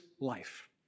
life